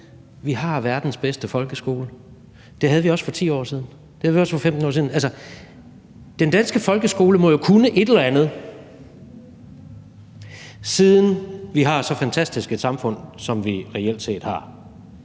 vi har verdens bedste folkeskole. Det havde vi også for 10 år siden, og det havde vi også for 15 år siden. Den danske folkeskole må jo kunne et eller andet, siden vi har et så fantastisk samfund, som vi reelt har.